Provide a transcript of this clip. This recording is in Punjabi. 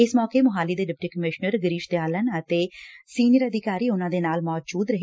ਇਸ ਮੌਕੇ ਮੁਹਾਲੀ ਦੇ ਡਿਪਟੀ ਕਮਿਸ਼ਨਰ ਗਿਰੀਸ਼ ਦਿਆਲਨ ਅਤੇ ਸੀਨੀਅਰ ਅਧਿਕਾਰੀ ਉਨ੍ਹਾਂ ਨਾਲ ਮੌਜੁਦ ਰਹੇ